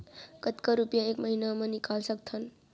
कतका रुपिया एक महीना म निकाल सकथन?